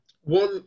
One